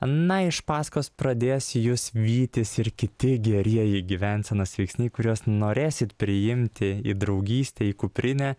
na iš paskos pradės jus vytis ir kiti gerieji gyvensenos veiksniai kuriuos norėsit priimti į draugystę į kuprinę